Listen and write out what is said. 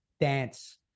dance